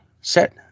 set